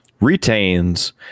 retains